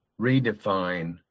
redefine